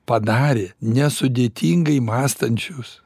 padarė nesudėtingai mąstančius